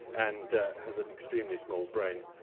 and has an extremely small brain.